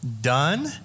done